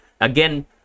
again